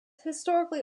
historically